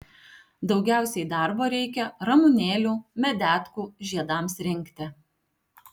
daugiausiai darbo reikia ramunėlių medetkų žiedams rinkti